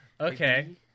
okay